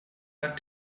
luck